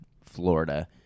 Florida